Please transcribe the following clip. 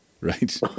right